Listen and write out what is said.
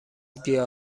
گیاه